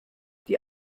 die